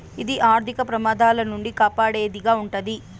ఇది ఆర్థిక ప్రమాదాల నుండి కాపాడేది గా ఉంటది